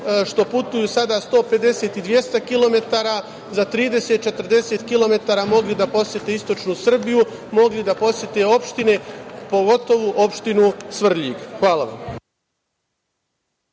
što putuju sada 150 i 200 kilometara za 30-40 kilometara mogli da posete istočnu Srbiju, mogli da posete opštine, pogotovo opštinu Svrljig. **Ivica